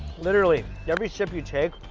literally every sip you take,